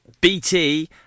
BT